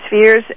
spheres